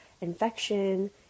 infection